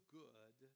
good